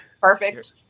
perfect